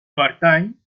pertany